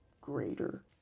greater